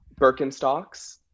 Birkenstocks